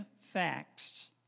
facts